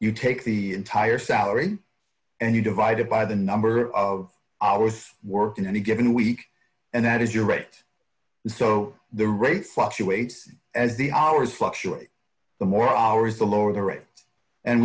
you take the entire salary and you divide it by the number of hours worked in any given week and that is your right so the rate fluctuates as the hours fluctuate the more hours the lower the rates and